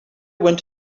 went